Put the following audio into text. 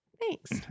thanks